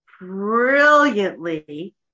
brilliantly